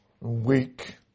weak